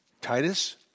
Titus